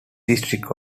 districts